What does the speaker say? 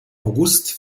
august